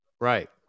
Right